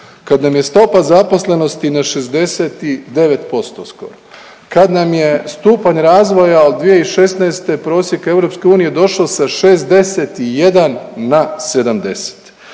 kad nam je stopa zaposlenosti na 69% skoro, kad nam je stupanj razvoja od 2016. prosjek EU došao sa 61 na 70,